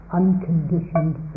unconditioned